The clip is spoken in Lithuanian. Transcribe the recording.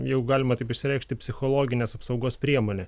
jeigu galima taip išsireikšti psichologinės apsaugos priemonė